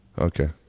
Okay